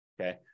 okay